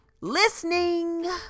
listening